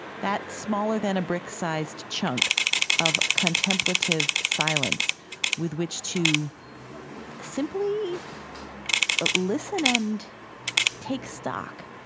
that smaller than a brick-sized chunk of contemplative silence with which to simply listen and take stock,